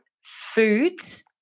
foods